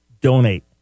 Donate